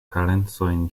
parencojn